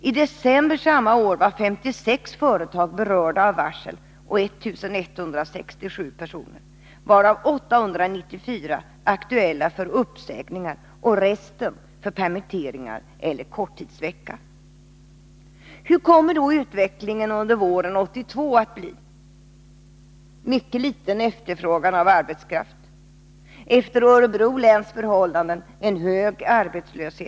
I december samma år var 56 företag berörda av varsel, omfattande 1 167 personer, varav 894 var aktuella för uppsägningar och resten för permitteringar eller arbete under korttidsvecka. Hur kommer då utvecklingen under våren 1982 att bli? Det kommer att bli mycket liten efterfrågan på arbetskraft. Det kommer att bli en efter Örebro läns förhållanden hög arbetslöshet.